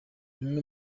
bimwe